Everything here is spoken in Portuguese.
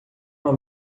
uma